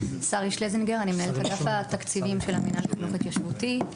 אני מנהלת אגף תקציבים של המינהל לחינוך התיישבותי.